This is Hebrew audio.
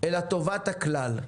אלא טובת הכלל,